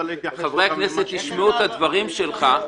חברי הכנסת ישמעו את הדברים שלך.